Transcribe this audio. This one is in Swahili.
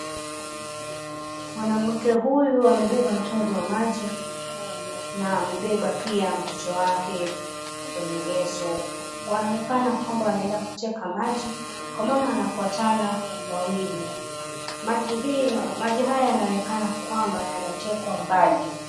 Mwanamke huyu amebeba mtungi wa maji na amebeba pia mtoto wake kwenye leso, wanaonekana kwamba wanenda kuteka maji kwa maana wanafuatana wawili. Maji hii haya yanaonekana kwamba yanatekwa mbali.